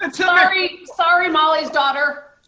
and sorry sorry molly's daughter.